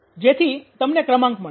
જેથી તમને ક્રમાંક મળે